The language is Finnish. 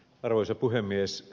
arvoisa puhemies